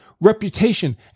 reputation